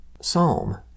Psalm